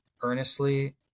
earnestly